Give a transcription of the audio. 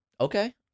Okay